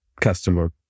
customer